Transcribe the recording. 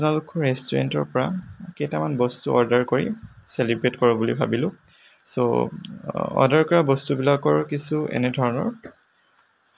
আপোনালোকৰ ৰেষ্টোৰেণ্টৰ পৰা কেইটামান বস্তু অৰ্ডাৰ কৰি ছেলিব্ৰেট কৰোঁ বুলি ভাবিলোঁ ছ' অৰ্ডাৰ কৰা বস্তুবিলাকৰ কিছু এনেধৰণৰ